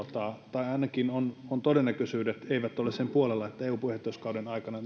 tai ainakaan todennäköisyydet eivät ole sen puolella että eu puheenjohtajuuskauden aikana